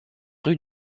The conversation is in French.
rue